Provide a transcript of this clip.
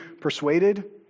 persuaded